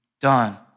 done